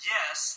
Yes